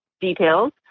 details